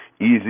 Easy